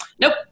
nope